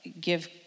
give